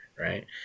Right